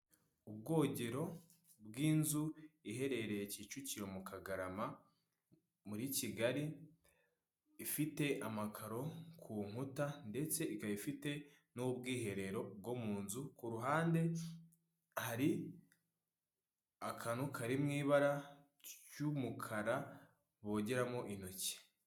Ubwogero bw'inzu iherereye kicukiro mu kagarama muri Kigali ifite amakaro ku nkuta ndetse ikaba ifite n'ubwiherero bwo mu nzu ku ruhande hari akantu kari mu ibara ry'umukara bogeramo intoki.